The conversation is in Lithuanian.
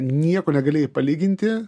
nieko negalėjai palyginti